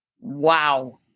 Wow